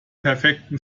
perfekten